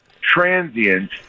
transient